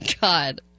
God